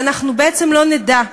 ואנחנו בעצם לא נדע,